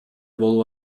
болуп